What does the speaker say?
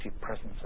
presence